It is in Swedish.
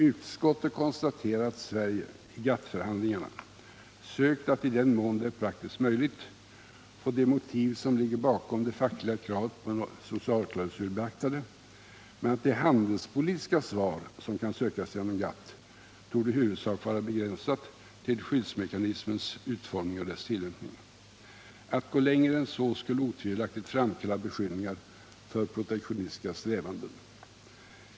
Utskottet konstaterar att Sverige i GATT-förhandlingarna sökt att i den mån som det är praktiskt möjligt få de motiv som ligger bakom det fackliga kravet på en socialklausul beaktade, men att det handelspolitiska svar som kan sökas genom GATT torde i huvudsak vara begränsat till skyddsmekanismens utformning och dess tillämpning. Att gå längre än så skulle otvivelaktigt framkalla beskyllningar för protektionistiska strävanden.